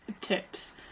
tips